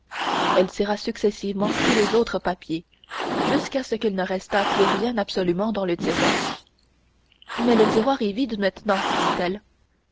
elle tira successivement tous les autres papiers jusqu'à ce qu'il ne restât plus rien absolument dans le tiroir mais le tiroir est vide maintenant dit-elle